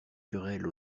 querelle